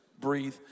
breathe